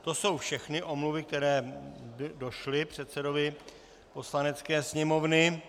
To jsou všechny omluvy, které došly předsedovi Poslanecké sněmovny.